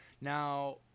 Now